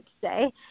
say